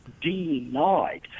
denied